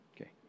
Okay